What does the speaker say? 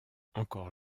encore